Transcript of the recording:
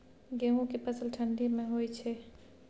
गेहूं के फसल ठंडी मे होय छै?